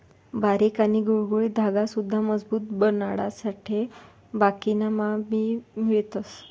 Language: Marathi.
बारीक आणि गुळगुळीत धागा सुद्धा मजबूत बनाडासाठे बाकिना मा भी मिळवतस